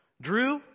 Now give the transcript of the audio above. Drew